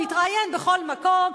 הוא התראיין בכל מקום,